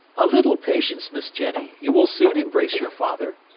a little patience, miss jenny you will soon embrace your father.